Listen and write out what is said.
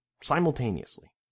simultaneously